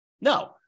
No